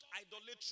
idolatry